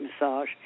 massage